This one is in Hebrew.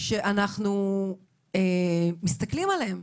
שאנחנו מסתכלים עליהם.